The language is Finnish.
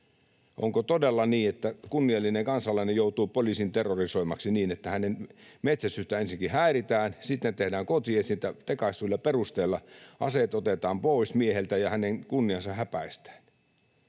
Onko todella niin, että kunniallinen kansalainen joutuu poliisin terrorisoimaksi niin, että ensinnäkin hänen metsästystään häiritään, sitten tehdään kotietsintä tekaistuilla perusteilla, aseet otetaan pois mieheltä ja hänen kunniansa häpäistään?